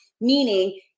meaning